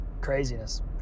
craziness